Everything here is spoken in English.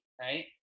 right